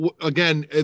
again